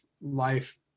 life